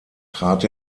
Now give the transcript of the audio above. trat